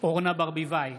אורנה ברביבאי,